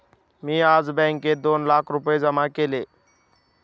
मी आज बँकेत दोन लाख रुपये जमा केले